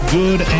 good